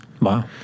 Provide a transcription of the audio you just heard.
Wow